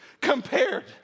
compared